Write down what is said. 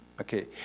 Okay